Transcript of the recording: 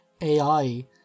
AI